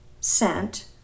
sent